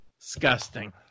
disgusting